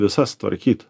visas tvarkyti